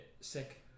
sick